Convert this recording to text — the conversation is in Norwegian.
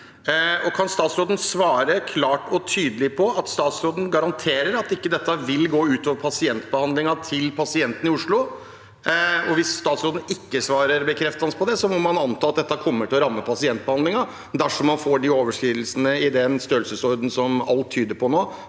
Kan statsråden svare klart og tydelig på om hun kan garantere at dette ikke vil gå ut over pasientbehandlingen for pasientene i Oslo? Hvis statsråden ikke kan svare bekreftende på det, må man anta at dette kommer til å ramme pasientbehandlingen, dersom det blir overskridelser i den størrelsesordenen som alt tyder på nå,